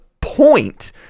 point